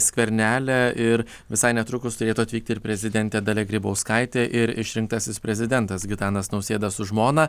skvernele ir visai netrukus turėtų atvykti ir prezidentė dalia grybauskaitė ir išrinktasis prezidentas gitanas nausėda su žmona